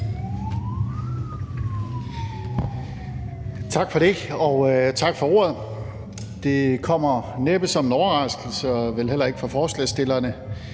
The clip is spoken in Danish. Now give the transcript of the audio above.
Tak for det, og tak for ordet. Det kommer næppe som en overraskelse – vel heller ikke for forslagsstillerne